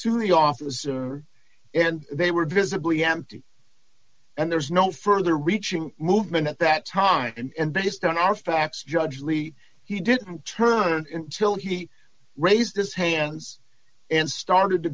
the officer and they were visibly empty and there's no further reaching movement at that time and based on our facts judge lee he did turn in till he raised his hands and started to